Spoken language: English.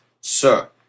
sir